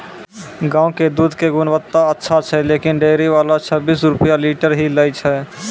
गांव के दूध के गुणवत्ता अच्छा छै लेकिन डेयरी वाला छब्बीस रुपिया लीटर ही लेय छै?